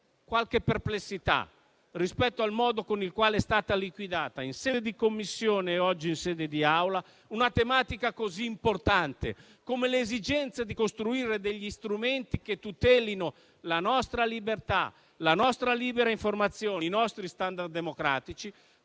qualche perplessità rispetto al modo con il quale è stata liquidata, in sede di Commissione e oggi in sede di Aula, una tematica così importante come l'esigenza di costruire degli strumenti che tutelino la nostra libertà, la nostra libera informazione, i nostri standard democratici.